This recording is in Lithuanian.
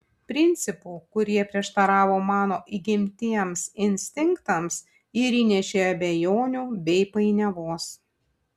principų kurie prieštaravo mano įgimtiems instinktams ir įnešė abejonių bei painiavos